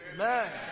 Amen